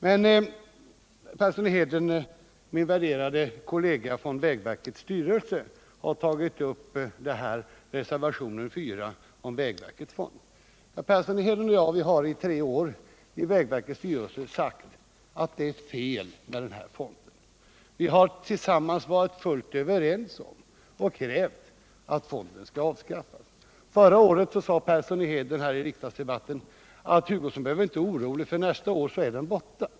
Herr Persson i Heden, min värderade kollega från vägverkets styrelse, har tagit upp reservationen 4 om förrådsfonden. Han och jag har i tre år i vägverkets styrelse sagt att denna fond är olämplig. Vi har varit fullt överens om detta, och vi har krävt att fonden skall avskaffas. Förra året sade herr Persson i Heden här i riksdagsdebatten att jag inte behövde vara orolig, för nästa år skulle fonden vara borta.